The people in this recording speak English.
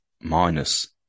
minus